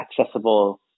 accessible